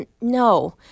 no